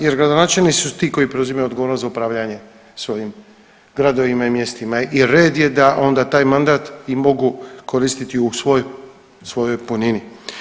Jer gradonačelnici su ti koji preuzimaju odgovornost za upravljanje svojim gradovima i mjestima i red je da onda taj mandat i mogu koristiti u svoj svojoj punini.